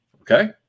Okay